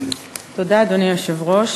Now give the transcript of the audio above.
אדוני היושב-ראש,